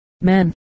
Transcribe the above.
men